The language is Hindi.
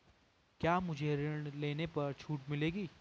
क्या मुझे ऋण लेने पर छूट मिलेगी?